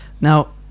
Now